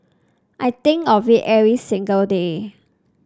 I think of it every single day